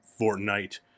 fortnite